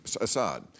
Assad